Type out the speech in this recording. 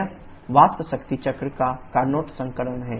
यह वाष्प शक्ति चक्र का कार्नट संस्करण है